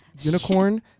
unicorn